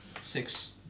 Six